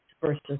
versus